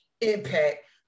impact